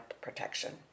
protection